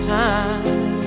time